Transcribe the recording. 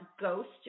ghost